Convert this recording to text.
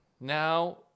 Now